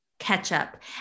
Ketchup